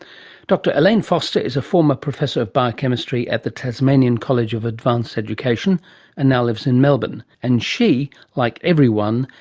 dr elaine foster is a former professor of biochemistry at the tasmanian college of advanced education and now lives in melbourne and she, like everyone,